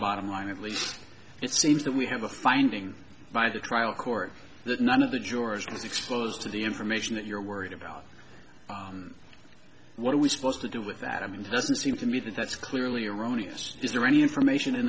bottom line at least it seems that we have a finding by the trial court that none of the george was exposed to the information that you're worried about what are we supposed to do with that i mean it doesn't seem to me that that's clearly erroneous is there any information in